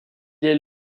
est